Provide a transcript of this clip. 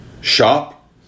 shop